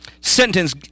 sentence